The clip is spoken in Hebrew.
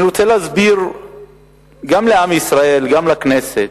אני רוצה להסביר גם לעם ישראל, גם לכנסת,